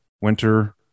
winter